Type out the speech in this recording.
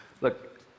Look